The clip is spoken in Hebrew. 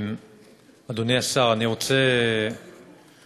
אדוני השר, אני רוצה רק